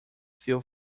few